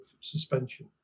suspension